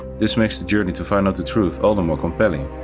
this makes the journey to find out the truth all the more compelling,